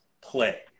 play